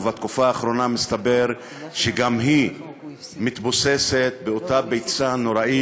ובתקופה האחרונה מסתבר שגם היא מתבוססת באותה ביצה נוראית,